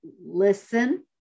listen